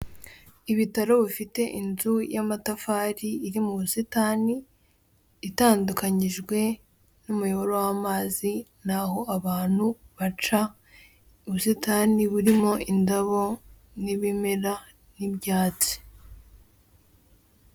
Ibitaro bifite inzu y'amatafari iri mu busitani itandukanyijwe n'umuyoboro w'amazi naho abantu baca, ubusitani burimo indabo n'ibimera n'ibyatsi.